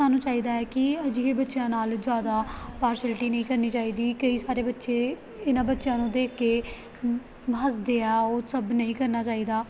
ਸਾਨੂੰ ਚਾਹੀਦਾ ਹੈ ਕਿ ਅਜਿਹੇ ਬੱਚਿਆਂ ਨਾਲ ਜ਼ਿਆਦਾ ਪਾਰਸ਼ੈਲਿਟੀ ਨਹੀਂ ਕਰਨੀ ਚਾਹੀਦੀ ਕਈ ਸਾਰੇ ਬੱਚੇ ਇਹਨਾਂ ਬੱਚਿਆਂ ਨੂੰ ਦੇਖ ਕੇ ਹੱਸਦੇ ਆ ਉਹ ਸਭ ਨਹੀਂ ਕਰਨਾ ਚਾਹੀਦਾ